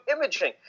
imaging